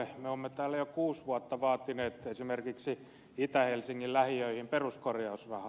me olemme täällä jo kuusi vuotta vaatineet esimerkiksi itä helsingin lähiöihin peruskorjausrahaa